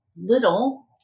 little